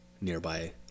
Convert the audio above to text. nearby